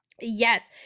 Yes